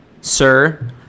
sir